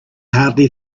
hardly